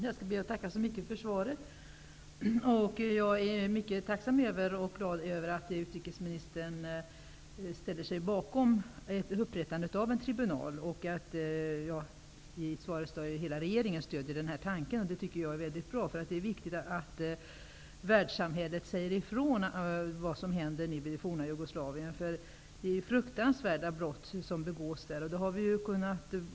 Herr talman! Jag ber att få tacka för svaret. Jag är mycket glad och tacksam över att utrikesministern ställer sig bakom förslaget om ett upprättande av en tribunal. Av svaret framgår att hela regeringen stöder denna tanke, vilket jag tycker är mycket bra. Det är viktigt att världssamfundet tar avstånd från det som händer i det forna Jugoslavien. De brott som begås där är fruktansvärda.